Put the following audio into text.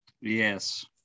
Yes